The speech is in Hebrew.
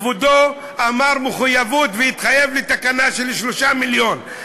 כבודו אמר "מחויבות", והתחייב לתקנה של 3 מיליון.